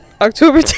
October